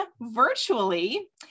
virtually